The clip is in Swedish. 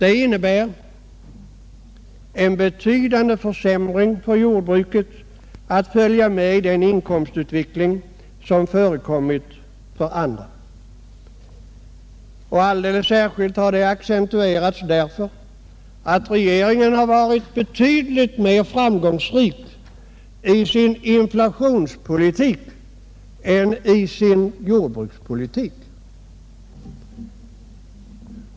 Detta innebär betydligt sämre möjligheter för jordbruket att följa med i den inkomstutveckling som förekommit för andra yrkesgrupper. Och detta har alldeles särskilt accentuerats därigenom att regeringen har varit betydligt mera framgångsrik i sin inflationspolitik än i sin jordbrukspolitik.